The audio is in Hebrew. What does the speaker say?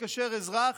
התקשר אזרח,